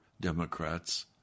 Democrats